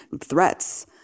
threats